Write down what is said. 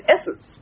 essence